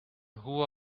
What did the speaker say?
who